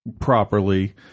properly